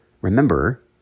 Remember